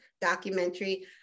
documentary